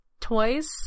toys